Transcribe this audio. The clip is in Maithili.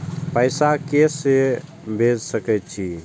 पैसा के से भेज सके छी?